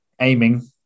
aiming